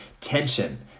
tension